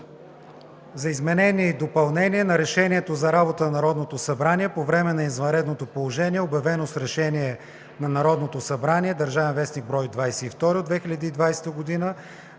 за изменение и допълнение на Решението за работата на Народното събрание по време на извънредното положение, обявено с Решение на Народното събрание (ДВ, бр. 22 от 2020 г.)